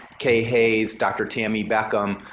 kaye hayes, dr. tammy beckham,